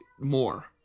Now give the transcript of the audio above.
more